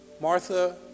Martha